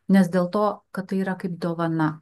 nes dėl to kad tai yra kaip dovana